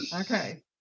Okay